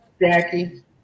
Jackie